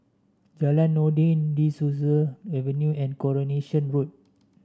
Jalan Noordin De Souza Avenue and Coronation Road